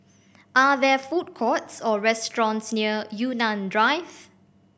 are there food courts or restaurants near Yunnan Drive